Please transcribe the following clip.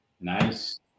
nice